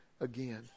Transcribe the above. again